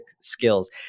skills